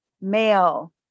male